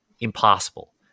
impossible